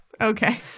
Okay